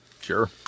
Sure